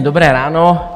Dobré ráno.